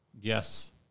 Yes